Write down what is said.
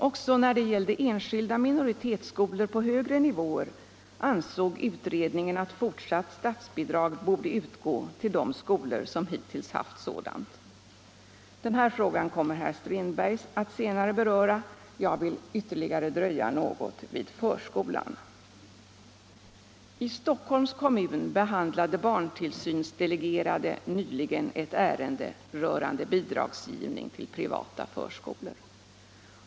Också när det gällde enskilda minoritetsskolor på högre nivåer ansåg utredningen att fortsatt statsbidrag borde utgå till de skolor som hittills haft sådant. Den här frågan kommer herr Strindberg att senare beröra; jag vill ytterligare dröja något vid förskolan. I Stockholms kommun behandlade barntillsynsdelegerade nyligen ett ärende rörande bidragsgivning till privata förskolor.